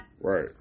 Right